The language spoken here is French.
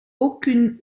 aucune